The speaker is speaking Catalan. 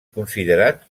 considerat